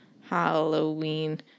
Halloween